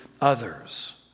others